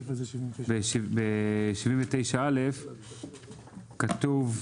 ב-79א, כתוב: